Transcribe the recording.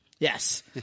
Yes